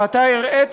כי אתה הראית,